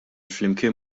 flimkien